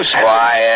Quiet